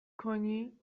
کنی